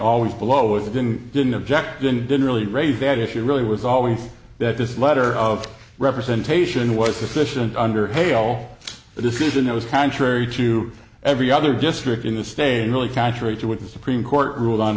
always below the didn't didn't object and didn't really raise that issue really was always that this letter of representation was sufficient under way all the decision that was contrary to every other district in the state really contrary to what the supreme court ruled on